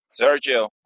Sergio